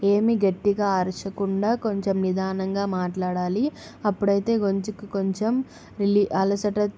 ఏమి గట్టిగా అరవకుండా కొంచెం నిదానంగా మాట్లాడాలి అప్పుడైతే గొంతుక్కు కొంచెం రిలీ అలసట